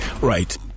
right